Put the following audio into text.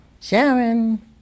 Sharon